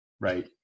right